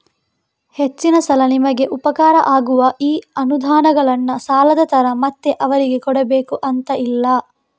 ಹೆಚ್ಚಿನ ಸಲ ನಮಿಗೆ ಉಪಕಾರ ಆಗುವ ಈ ಅನುದಾನಗಳನ್ನ ಸಾಲದ ತರ ಮತ್ತೆ ಅವರಿಗೆ ಕೊಡಬೇಕು ಅಂತ ಇಲ್ಲ